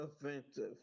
offensive